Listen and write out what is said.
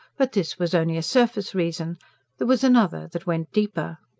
but this was only a surface reason there was another that went deeper.